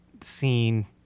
scene